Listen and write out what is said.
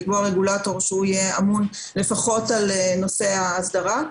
לקבוע רגולטור שיהיה אמון לפחות על נושא ההסדרה.